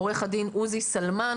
עו"ד עוזי סלמן.